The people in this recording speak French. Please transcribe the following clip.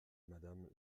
madame